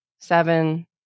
seven